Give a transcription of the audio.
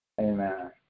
Amen